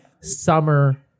summer